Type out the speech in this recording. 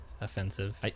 offensive